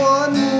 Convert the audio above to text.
one